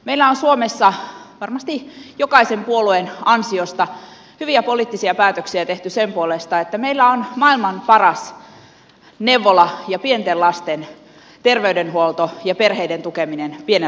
meillä on suomessa varmasti jokaisen puolueen ansiosta hyviä poliittisia päätöksiä tehty sen puolesta että meillä on maailman paras neuvola ja pienten lasten terveydenhuolto ja perheiden tukeminen pienen lapsen synnyttyä